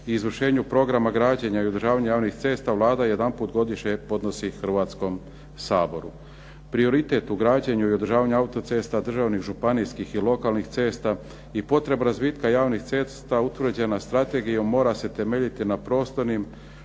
izvršenju programa građenja javnih cesta Vlada je jedanput godišnje podnosi Hrvatskom saboru. Prioritet u građenju i održavanju autocesta, državni, županijskih i lokalnih cesta i potreba razvitka javnih cesta utvrđena je strategijom mora se temeljiti na prostornim,